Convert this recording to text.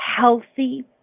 healthy